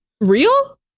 Real